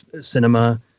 cinema